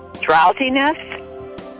drowsiness